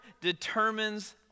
determines